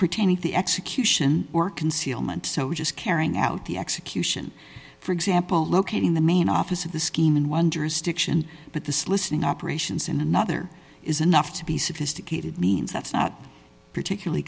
pertaining to the execution or concealment so just carrying out the execution for example locating the main office of the scheme and wonders stiction but the soliciting operations in another is enough to be sophisticated means that's not particularly